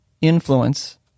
influence